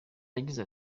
yagize